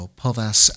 povas